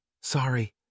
Sorry